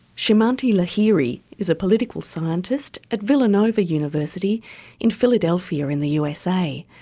simanti lahiri is a political scientist at villanova university in philadelphia in the usa.